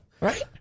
Right